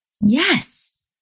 yes